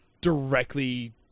directly